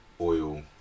oil